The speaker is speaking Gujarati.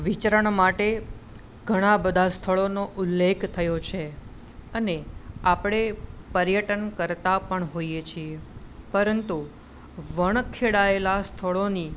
વિચરણ માટે ઘણાં બધાં સ્થળોનો ઉલ્લેખ થયો છે અને આપણે પર્યટન કરતા પણ હોઈએ છીએ પરંતુ વણખેડાયેલાં સ્થળોની